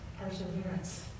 perseverance